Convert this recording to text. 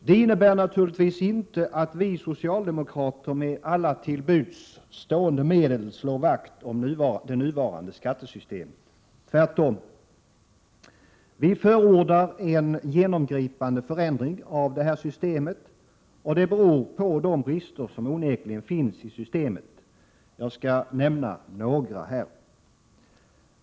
Det innebär naturligtvis inte att vi socialdemokrater med alla till buds stående medel slår vakt om det nuvarande skattesystemet — tvärtom! Vi förordar en genomgripande förändring av detta system. Det beror på de brister som onekligen finns i systemet. Jag skall nämna några.